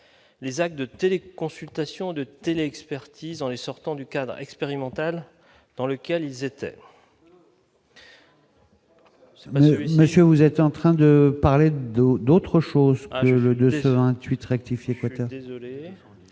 les actes de téléconsultation de télé-expertise en les sortant du cadre expérimental dans lequel ils étaient. Monsieur, vous êtes en train de parler de d'autres choses de ce 28 rectifier, allez on